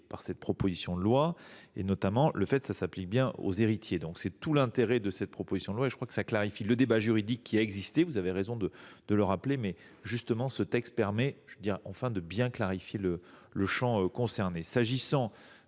par cette proposition de loi, notamment le fait que cela s’applique bien aux héritiers. C’est tout l’intérêt de cette proposition de loi et je crois que cela clarifie le débat juridique qui a existé – vous avez raison de le rappeler. Ce texte permet de définir le champ concerné. L’avis est